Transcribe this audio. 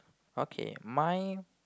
okay my